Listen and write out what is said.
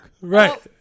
Right